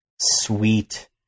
sweet